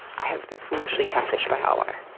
i have been foolishly catfished by hotwire.